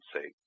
say